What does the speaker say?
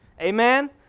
Amen